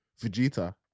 Vegeta